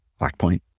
Blackpoint